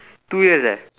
two years eh